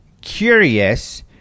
curious